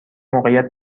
موقعیت